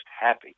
happy